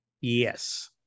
Yes